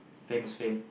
fame is fame